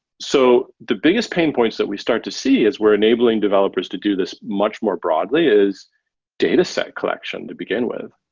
so the biggest pain points that we start to see is we're enabling developers to do this much more broadly, is dataset collection to begin with.